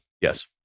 Yes